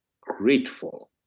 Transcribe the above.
grateful